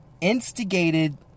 instigated